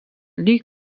lee